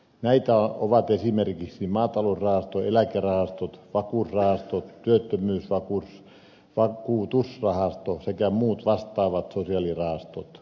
näitä ovat esimerkiksi maatalousrahasto eläkerahastot vakuusrahasto työttömyysvakuutusrahasto se kä muut vastaavat sosiaalirahastot